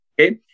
okay